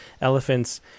elephants